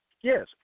Yes